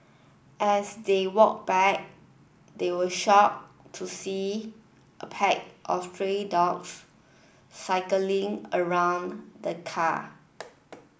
as they walked back they were shocked to see a pack of stray dogs circling around the car